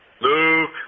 Luke